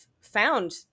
found